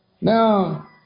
Now